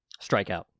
Strikeout